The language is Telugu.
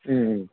ఆ